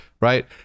right